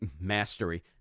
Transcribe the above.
mastery